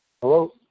Hello